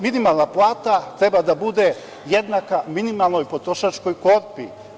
Minimalna plata treba da bude jednaka minimalnoj potrošačkoj korpi.